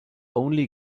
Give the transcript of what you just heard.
only